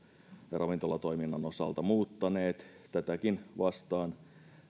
ravintolatoiminnan osalta muuttaneet tätäkin vastaan